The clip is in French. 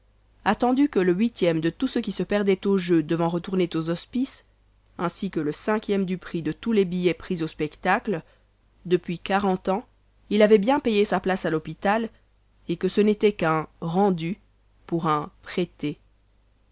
attendu que le huitième de tout ce qui se perdait au jeu devant retourner aux hospices ainsi que le cinquième du prix de tous les billets pris au spectacle depuis quarante ans il avait bien payé sa place à l'hôpital et que ce n'était qu'un rendu pour un prêté